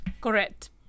Correct